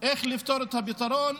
איך לפתור את הפתרון?